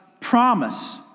promise